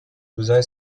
روزای